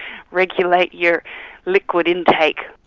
regulate your liquid intake.